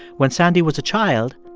when sandy was a child,